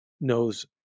knows